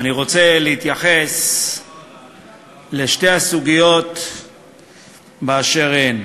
אני רוצה להתייחס לשתי הסוגיות באשר הן.